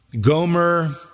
Gomer